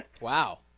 Wow